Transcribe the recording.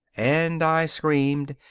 and i screamed.